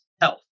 health